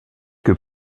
que